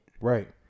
Right